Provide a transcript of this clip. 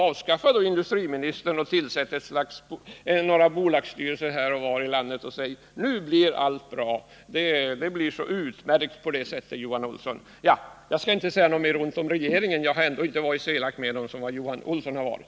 Avskaffa då industriministern, tillsätt i stället några bolagsstyrelser här och var i landet och säg att nu blir allt bra! Det blir utmärkt på det sättet, Johan Olsson! Jag skallinte säga något mera ont om regeringen — jag har ändå inte varit så elak mot regeringen som Johan Olsson har varit.